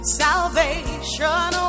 salvation